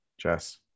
Jess